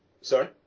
Sorry